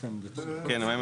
את זה לא ביקשתי.